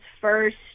first